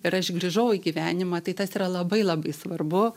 ir aš grįžau į gyvenimą tai tas yra labai labai svarbu